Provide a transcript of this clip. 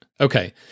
Okay